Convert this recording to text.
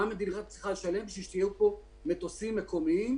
מה המדינה צריכה לשלם כדי שיהיו פה מטוסים מקומיים,